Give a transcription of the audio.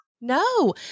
no